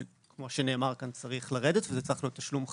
שכמו שנאמר כאן הוא צריך לרדת וזה צריך להיות תשלום חד-פעמי,